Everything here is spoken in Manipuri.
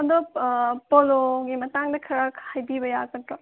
ꯑꯗꯣ ꯄꯣꯂꯣꯒꯤ ꯃꯇꯥꯡꯗ ꯈꯔ ꯍꯥꯏꯕꯤꯕ ꯌꯥꯒꯗ꯭ꯔꯣ